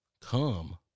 Come